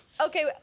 Okay